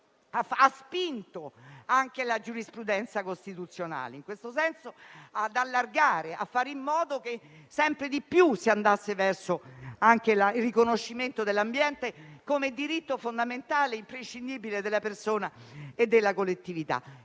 la stessa giurisprudenza costituzionale a fare in modo che sempre di più si andasse verso il riconoscimento dell'ambiente come diritto fondamentale e imprescindibile della persona e della collettività.